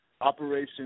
Operation